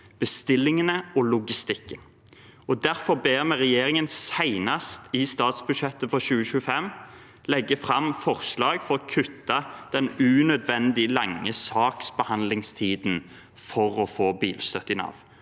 bestillingene og logistikken. Derfor ber vi regjeringen, senest i statsbudsjettet for 2025, legge fram forslag for å kutte den unødvendig lange saksbehandlingstiden for å få bilstøtte fra